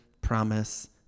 promise